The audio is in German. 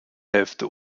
hälfte